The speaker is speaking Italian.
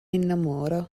innamora